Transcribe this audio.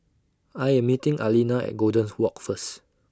I Am meeting Aleena At Golden's Walk First